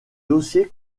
dossiers